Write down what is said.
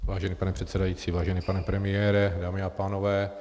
Vážený pane předsedající, vážený pane premiére, dámy a pánové.